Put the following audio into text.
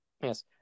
Yes